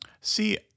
See